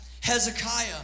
Hezekiah